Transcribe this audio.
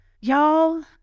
Y'all